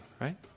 right